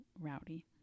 rowdy